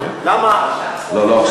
לא, לא עכשיו.